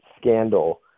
scandal